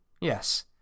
Yes